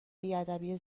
بیادبی